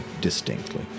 distinctly